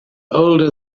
older